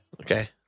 Okay